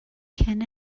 can